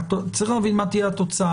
צריך להבין מה תהיה התוצאה.